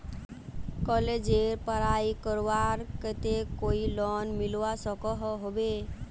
कॉलेजेर पढ़ाई करवार केते कोई लोन मिलवा सकोहो होबे?